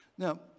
Now